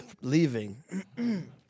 leaving